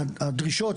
הדרישות,